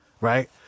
right